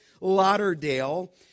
Lauderdale